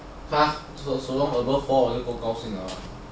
!huh! 什么 above four 我就不懂 lah